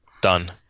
Done